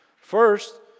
First